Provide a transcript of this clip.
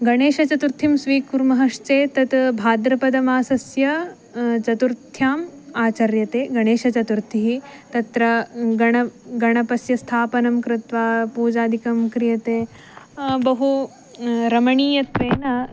गणेशचतुर्थीं स्वीकुर्मश्चेत् तत् भाद्रपदमासस्य चतुर्थ्याम् आचर्यते गणेशचतुर्थी तत्र गण गणेशस्य स्थापनं कृत्वा पूजादिकं क्रियते बहु रमणीयत्वेन